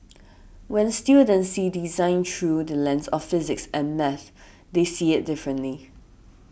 when students see design through the lens of physics and maths they see it differently